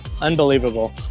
unbelievable